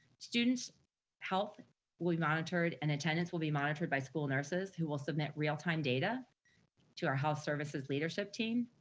students health will be monitored, and attendance will be monitored by school nurses, who will submit real time data to our health services leadership team.